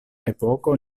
epoko